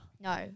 No